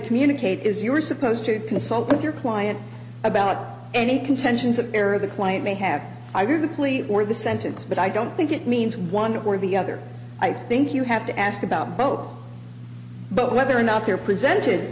communicate is you're supposed to consult with your client about any contentions of error the client may have either the plea or the sentence but i don't think it means one or the other i think you have to ask about both but whether or not they're presented